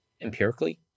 empirically